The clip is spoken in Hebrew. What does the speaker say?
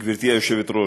גברתי היושבת-ראש,